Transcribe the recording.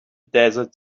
desert